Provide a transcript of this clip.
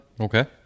Okay